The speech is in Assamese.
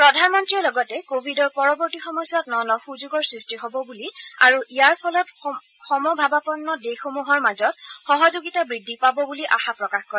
প্ৰধানমন্ত্ৰীয়ে লগতে কোৱিডৰ পৰৱৰ্তী সময়ছোৱাত ন ন সূযোগৰ সৃষ্টি হ'ব বুলি আৰু ইয়াৰ ফলত সমভাৱাপন্ন দেশসমূহৰ মাজত সহযোগিতা বৃদ্ধি পাব বুলি আশা প্ৰকাশ কৰে